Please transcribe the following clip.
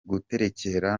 guterekera